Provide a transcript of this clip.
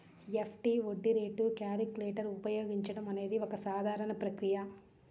FD వడ్డీ రేటు calculator ఉపయోగించడం అనేది ఒక సాధారణ ప్రక్రియ